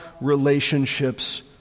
relationships